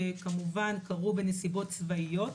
כמובן כאלה שקרו בנסיבות צבאיות,